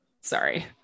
Sorry